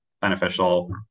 beneficial